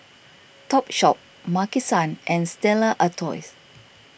Topshop Maki San and Stella Artois